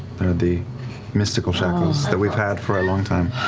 they're the mystical shackles that we've had for a long time.